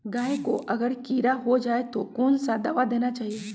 गाय को अगर कीड़ा हो जाय तो कौन सा दवा देना चाहिए?